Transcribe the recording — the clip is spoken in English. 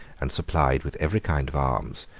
and supplied with every kind of arms,